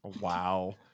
Wow